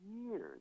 years